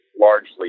largely